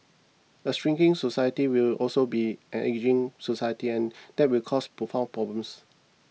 a shrinking society will also be an ageing society and that will cause profound problems